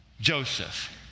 Joseph